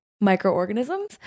microorganisms